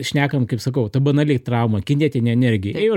šnekam kaip sakau ta banali trauma kinetinė energija ėjo